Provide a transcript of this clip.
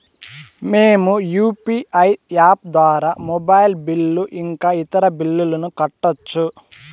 మేము UPI app ద్వారా mobile bill ఇంకా ఇతర బిల్లులను కట్టొచ్చు